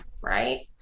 right